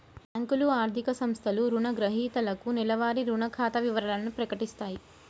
బ్యేంకులు, ఆర్థిక సంస్థలు రుణగ్రహీతలకు నెలవారీ రుణ ఖాతా వివరాలను ప్రకటిత్తయి